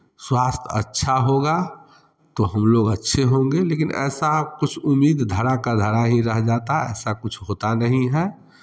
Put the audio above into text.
स्वास्थ्य अच्छा होगा तो हम लोग अच्छे होंगे लेकिन ऐसा कुछ उम्मीद धरा का धरा ही रह जाता है ऐसा कुछ होता नहीं है